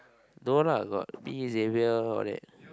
no lah got me Xavier all that